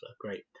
Great